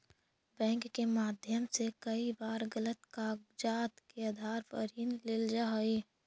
bank के माध्यम से कई बार गलत कागजात के आधार पर ऋण लेल जा हइ